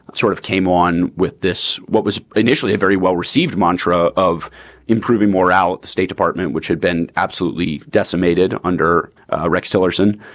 sort of came on with this, what was initially a very well received mantra of improving more out the state department, which had been absolutely decimated under rex tillerson.